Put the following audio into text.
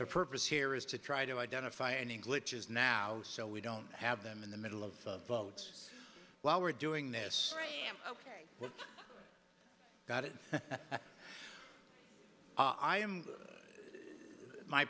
the purpose here is to try to identify any glitches now so we don't have them in the middle of votes while we're doing this ok got it i am my